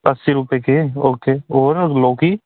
अस्सी रुपए के ओके और लोकी